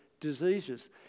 diseases